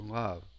love